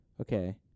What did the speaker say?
Okay